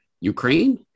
Ukraine